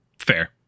Fair